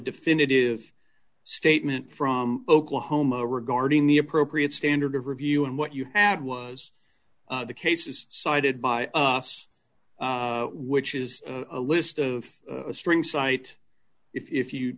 definitive statement from oklahoma regarding the appropriate standard of review and what you had was the cases cited by us which is a list of a string site if you